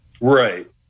Right